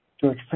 George